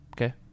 Okay